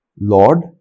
Lord